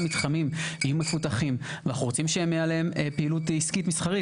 מתחמים יהיו מפותחים ואנחנו רוצים שתהיה עליהם פעילות עסקית מסחרית,